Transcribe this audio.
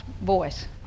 voice